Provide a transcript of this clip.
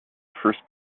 first